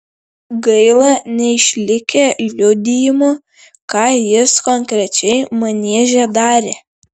gaila neišlikę liudijimų ką jis konkrečiai manieže darė